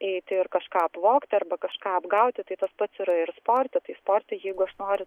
eiti ir kažką apvogti arba kažką apgauti tai tas pats yra ir sporte tai sporte jeigu aš noriu